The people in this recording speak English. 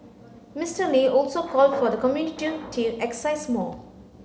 Mister Lee also called for the community to exercise more